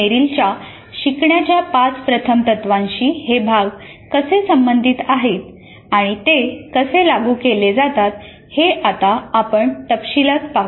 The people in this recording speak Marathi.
मेरिलच्या शिकण्याच्या 5 प्रथम तत्वांशी हे भाग कसे संबंधित आहेत आणि ते कसे लागू केले जातात हे आपण आता तपशिलात पाहू